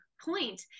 point